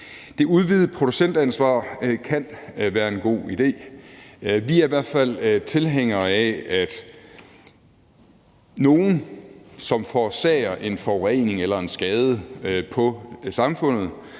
Det udvidede producentansvar kan være en god idé. Vi er i hvert fald tilhængere af, at nogle, som forårsager en forurening eller en skade for samfundet,